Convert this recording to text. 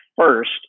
first